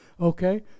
okay